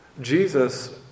Jesus